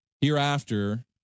Hereafter